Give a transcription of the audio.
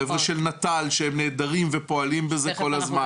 החבר'ה של נטל שהם נהדרים ופועלים בזה כל הזמן,